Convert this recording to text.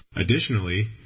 Additionally